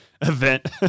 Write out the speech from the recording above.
event